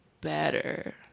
better